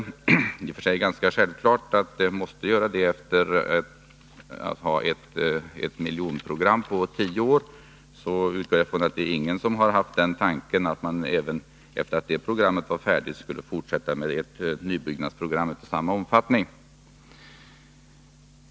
Det är i och för sig ganska självklart att det måste göra det efter miljonprogrammet, som omfattade tio år. Jag utgår från att ingen har haft den tanken att vi även efter miljonprogrammet skulle fortsätta med en nybyggnad i samma omfattning.